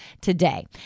today